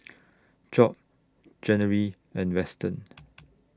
Job January and Weston